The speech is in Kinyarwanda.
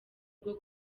rwo